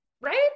Right